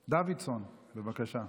דוידסון, בבקשה.